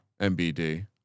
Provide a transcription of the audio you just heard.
MBD